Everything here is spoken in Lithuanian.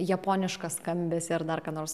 japonišką skambesį ar dar ką nors